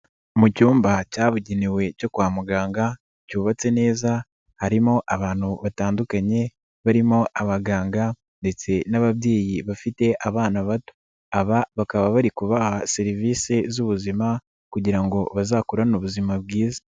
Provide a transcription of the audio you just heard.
Mu cyumba cyabugenewe cyo kwa muganga cyubatse neza harimo abantu batandukanye barimo abaganga ndetse n'ababyeyi bafite abana bato, aba bakaba bari kubaha serivisi z'ubuzima kugira ngo bazakurane ubuzima bwiza.